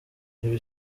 ibi